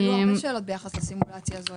היו הרבה שאלות ביחס לסימולציה הזאת.